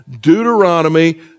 Deuteronomy